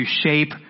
shape